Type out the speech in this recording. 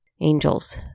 angels